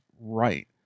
right